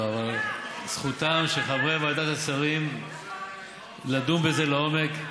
לא, אבל זכותם של חברי ועדת השרים לדון בזה לעומק.